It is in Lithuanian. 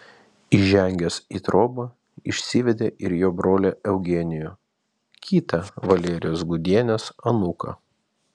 įžengęs į trobą išsivedė ir jo brolį eugenijų kitą valerijos gudienės anūką